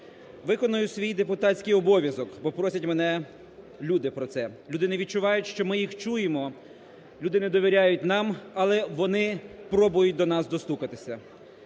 виконаю свій депутатський обов'язок, бо просять мене люди про це. Люди не відчувають, що ми їх чуємо, люди не довіряють нам, але вони пробують до нас достукатися.